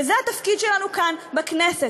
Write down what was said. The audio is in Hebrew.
וזה התפקיד שלנו כאן בכנסת.